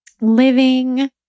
living